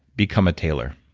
become a tailor.